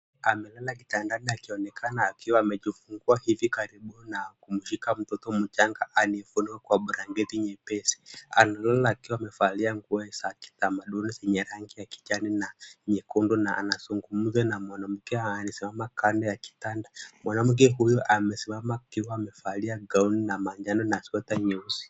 Amelala kitandani akionekana akiwa amejifungua hivi karibuni na kumshika mtoto mchanga aliyefungwa kwa blanketi nyepesi. Analala akiwa amevalia nguo za kitamaduni zenye rangi ya kijani na nyekundu na anazungumza na mwanamke anayesimama kando ya kitanda. Mwanamke huyu amesimama akiwa amevalia gauni ya manjano na sweta nyeusi.